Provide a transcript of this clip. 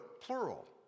plural